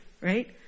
right